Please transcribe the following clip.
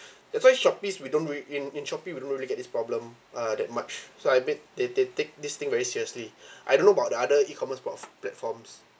that's why shopee we don't rea~ in in shopee we don't really get this problem uh that much so I made they they take this thing very seriously I don't know about the other ecommerce po~ platforms